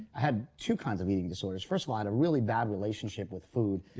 i had two kinds of eating disorders. first of all i had a really bad relationship with food.